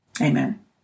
Amen